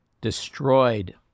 destroyed